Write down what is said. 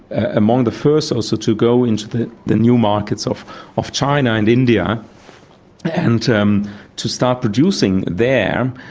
among the first also to go into the the new markets of of china and india and to um to start producing there,